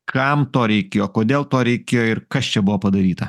kam to reikėjo kodėl to reikėjo ir kas čia buvo padaryta